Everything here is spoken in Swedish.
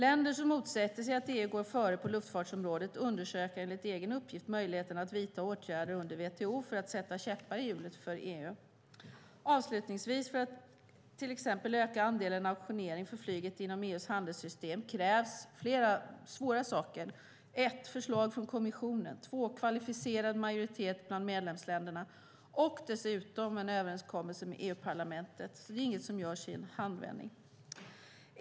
Länder som motsätter sig att EU går före på luftfartsområdet undersöker enligt egen uppgift möjligheten att vidta åtgärder under WTO för att sätta käppar i hjulet för EU. Avslutningsvis, för att till exempel öka andelen auktionering för flyget inom EU:s handelssystem, krävs flera svåra saker: 1.förslag från kommissionen 2.kvalificerad majoritet bland medlemsstaterna 3.överenskommelse med EU-parlamentet. Det är inget som görs i en handvändning.